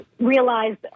realized